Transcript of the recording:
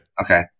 Okay